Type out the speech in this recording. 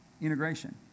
Integration